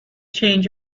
change